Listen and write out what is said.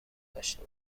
داشته